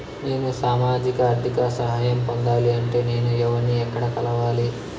నేను సామాజిక ఆర్థిక సహాయం పొందాలి అంటే నేను ఎవర్ని ఎక్కడ కలవాలి?